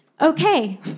okay